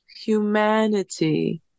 humanity